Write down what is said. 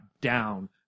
down